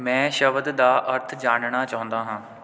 ਮੈਂ ਸ਼ਬਦ ਦਾ ਅਰਥ ਜਾਨਣਾ ਚਾਹੁੰਦਾ ਹਾਂ